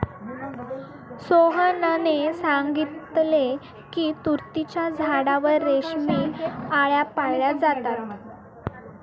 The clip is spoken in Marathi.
सोहनने सांगितले की तुतीच्या झाडावर रेशमी आळया पाळल्या जातात